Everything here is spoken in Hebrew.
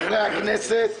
חברי הכנסת,